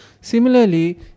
Similarly